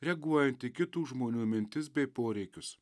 reaguojant į kitų žmonių mintis bei poreikius